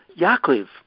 Yaakov